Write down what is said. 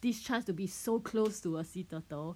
this chance to be so close to a sea turtle